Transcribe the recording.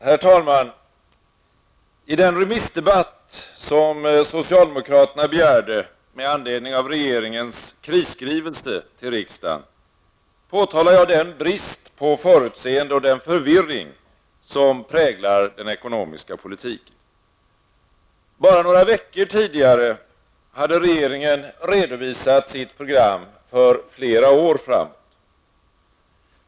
Herr talman! I den remissdebatt som socialdemokraterna begärde med anledning av regeringens krisskrivelse till riksdagen påtalade jag den brist på förutseende och den förvirring som präglar den ekonomiska politiken. Bara några veckor tidigare hade regeringen redovisat sitt program för flera år framåt.